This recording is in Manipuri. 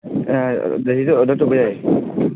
ꯗꯍꯤꯁꯨ ꯑꯣꯔꯗꯔ ꯇꯧꯕ ꯌꯥꯏꯌꯦ